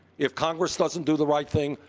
if congress doesn't do the right thing,